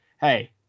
hey